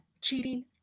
cheating